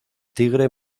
tigre